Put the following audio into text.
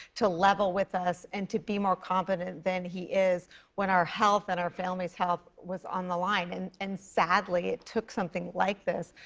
to level with us, and to be more competent than he is when our health and our family's health was on the line. and and, sadly, it took something like this,